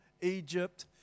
Egypt